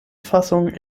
fassung